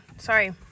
sorry